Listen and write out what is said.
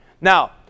Now